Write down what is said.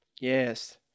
Yes